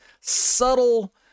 subtle